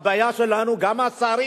הבעיה שלנו, גם השרים